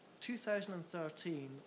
2013